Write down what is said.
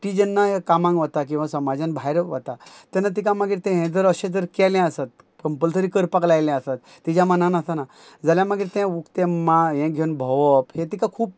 ती जेन्ना हे कामांक वता किंवां समाजान भायर वता तेन्ना तिका मागीर तें हें जर अशें जर केलें आसत कंपलसरी करपाक लायलें आसत तिज्या मनान आसना जाल्या मागीर तें उकतें मा हें घेवन भोंवप हें तिका खूप